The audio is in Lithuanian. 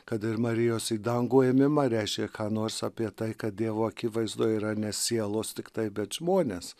kad ir marijos į dangų ėmimą reiškia ką nors apie tai kad dievo akivaizdoj yra ne sielos tiktai bet žmonės